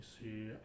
see